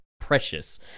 precious